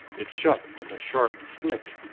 it shut with a sharp snick,